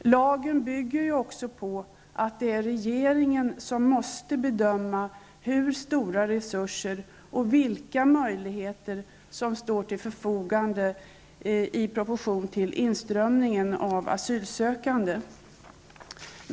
Lagen bygger också på att det är regeringen som måste bedöma hur stora resurser och vilka möjligheter som står till förfogande i proportion till inströmningen av asylsökande.